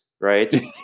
right